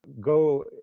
go